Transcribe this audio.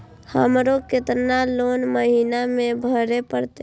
हमरो केतना लोन महीना में भरे परतें?